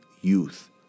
youth